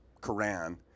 Quran